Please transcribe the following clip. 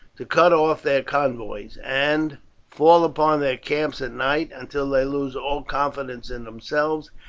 to cut off their convoys, and fall upon their camps at night, until they lose all confidence in themselves,